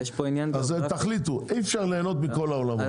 אז תחליטו, אי אפשר ליהנות מכל העולמות.